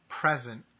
present